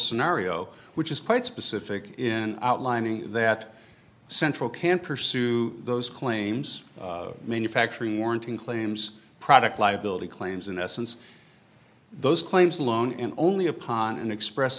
scenario which is quite specific in outlining that central can pursue those claims manufacturing warranty claims product liability claims in essence those claims alone and only upon an express